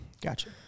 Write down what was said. Gotcha